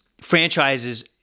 franchises